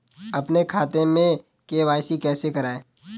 अपने खाते में के.वाई.सी कैसे कराएँ?